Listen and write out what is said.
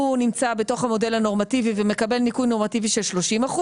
נמצא בתוך המודל הנורמטיבי ומקבל ניכוי נורמטיבי של 30%,